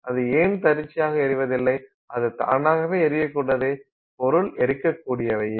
அது ஏன் தன்னிச்சையாக எரிவதில்லை அது தானாகவே எரியக்கூடியதே பொருள் எரிக்ககூடியவையே